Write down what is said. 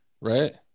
right